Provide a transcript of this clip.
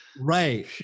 right